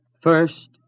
First